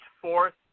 fourth